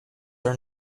are